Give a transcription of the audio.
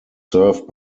served